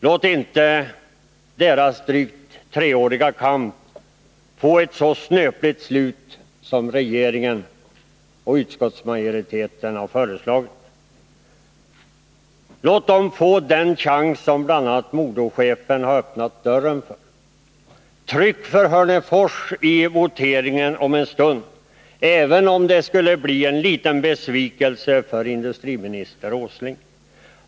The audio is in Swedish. Låt inte deras drygt treåriga kamp få ett så snöpligt slut som regeringen och utskottsmajoriteten har föreslagit. Låt dem få den chans som bl.a. MoDo-chefen har öppnat dörren för. Tryck för Hörnefors vid voteringen om en stund, även om det skulle bli en liten besvikelse för industriminister Åsling.